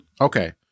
Okay